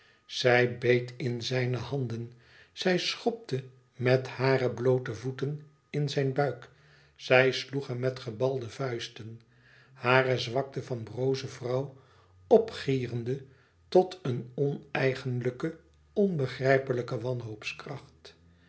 zij beet in zijne handen zij schopte met hare bloote voeten in zijn buik zij sloeg hem met gebalde vuisten hare zwakte van broze vrouw opgierende tot een oneigenlijke onbegrijplijke wanhoopskracht